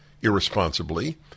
irresponsibly